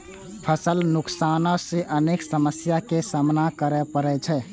फसल नुकसान सं अनेक समस्या के सामना करै पड़ै छै